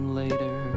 later